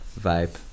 vibe